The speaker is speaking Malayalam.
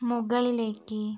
മുകളിലേക്ക്